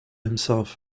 himself